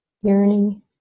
yearning